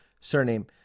surname